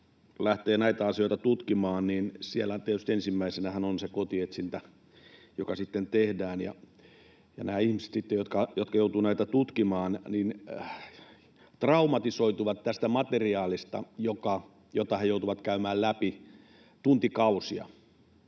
lähtee näitä asioita tutkimaan, niin siellähän tietysti ensimmäisenä on se kotietsintä, joka tehdään. Nämä ihmiset, jotka joutuvat näitä tutkimaan, traumatisoituvat sitten tästä materiaalista, jota he joutuvat käymään läpi tuntikausia,